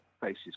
faces